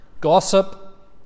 gossip